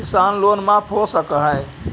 किसान लोन माफ हो सक है?